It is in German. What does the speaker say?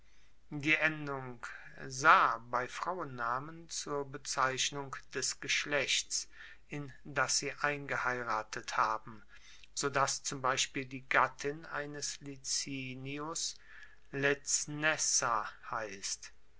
die endung sa bei frauennamen zur bezeichnung des geschlechts in das sie eingeheiratet haben so dass zum beispiel die gattin eines licinius lecnesa heisst